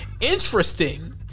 interesting